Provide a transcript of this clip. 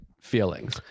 feelings